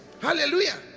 Hallelujah